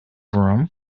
room